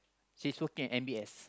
she's working in M_B_S